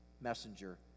messenger